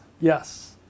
yes